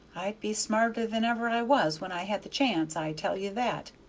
i'd be smarter than ever i was when i had the chance i tell you that!